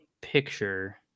picture